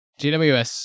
GWS